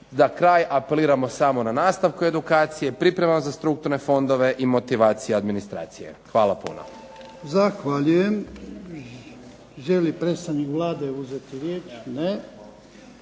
za kraj apeliramo samo na nastavku edukaciju, priprema za strukturne fondove i motivacija administracije. Hvala puno.